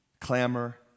clamor